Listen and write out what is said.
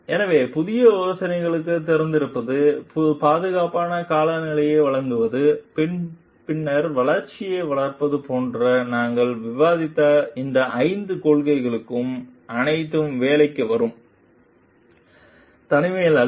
எனவே புதிய யோசனைகளுக்குத் திறந்திருப்பது பாதுகாப்பான காலநிலையை வழங்குவது பின்னர் வளர்ச்சியை வளர்ப்பது போன்ற நாங்கள் விவாதித்த இந்த ஐந்து கொள்கைகளும் அனைத்தும் வேலைக்கு வரும் தனிமையில் அல்ல